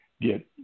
get